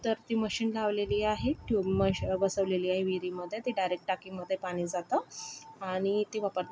तर ती मशीन लावलेली आहे ट्यूब बसवलेली आहे विहिरीमध्ये ती डायरेक्ट टाकीमध्ये पाणी जातं आणि ती वापरतात